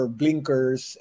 blinkers